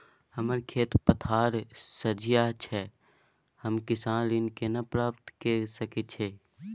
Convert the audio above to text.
हमर खेत पथार सझिया छै हम किसान ऋण केना प्राप्त के सकै छी?